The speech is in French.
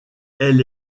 elle